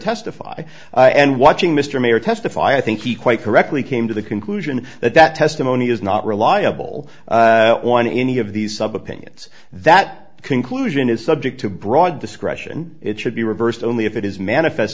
testify and watching mr mayor testify i think he quite correctly came to the conclusion that that testimony is not reliable on any of these sub opinions that conclusion is subject to broad discretion it should be reversed only if it is manifest